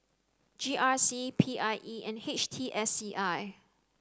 G R C P I E and H T S C I